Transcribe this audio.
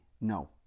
no